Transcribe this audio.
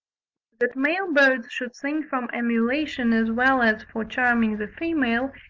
that male birds should sing from emulation as well as for charming the female,